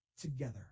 together